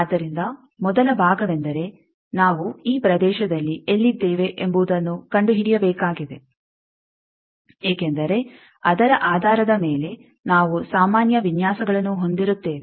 ಆದ್ದರಿಂದ ಮೊದಲ ಭಾಗವೆಂದರೆ ನಾವು ಈ ಪ್ರದೇಶದಲ್ಲಿ ಎಲ್ಲಿದ್ದೇವೆ ಎಂಬುದನ್ನು ಕಂಡುಹಿಡಿಯಬೇಕಾಗಿದೆ ಏಕೆಂದರೆ ಅದರ ಆಧಾರದ ಮೇಲೆ ನಾವು ಸಾಮಾನ್ಯ ವಿನ್ಯಾಸಗಳನ್ನು ಹೊಂದಿರುತ್ತೇವೆ